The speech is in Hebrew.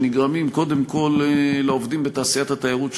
שנגרמים קודם כול לעובדים בתעשיית התיירות,